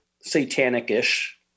satanic-ish